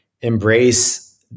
embrace